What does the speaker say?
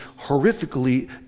horrifically